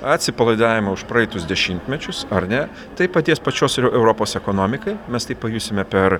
atsipalaidavimą už praeitus dešimtmečius ar ne tai paties pačios ir europos ekonomikai mes tai pajusime per